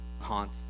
haunt